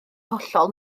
hollol